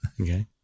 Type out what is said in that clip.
okay